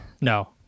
No